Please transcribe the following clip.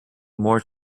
more